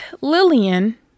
Lillian